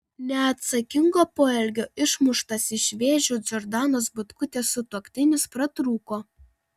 neatsakingo poelgio išmuštas iš vėžių džordanos butkutės sutuoktinis pratrūko